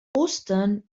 ostern